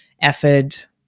effort